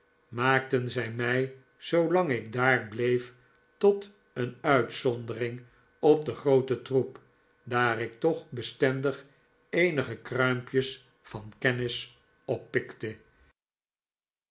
maakten zij mij zoolang ik daar bleef tot een uitzondering op den grooten troep daar ik toch bestendig eenige kruimpjes van kennis oppikte